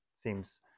seems